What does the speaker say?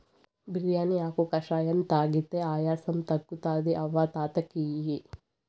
బిర్యానీ ఆకు కషాయం తాగితే ఆయాసం తగ్గుతుంది అవ్వ తాత కియి